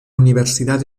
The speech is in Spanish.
universidad